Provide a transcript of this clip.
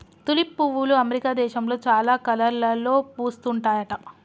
tulip పువ్వులు America దేశంలో చాలా కలర్లలో పూస్తుంటాయట